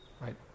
right